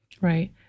Right